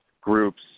groups